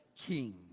king